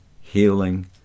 healing